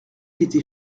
était